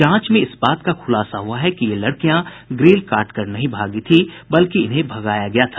जांच में इस बात का खुलासा हुआ है कि ये लड़कियां ग्रिल काटकर नहीं भागी थी बल्कि इन्हें भगाया गया था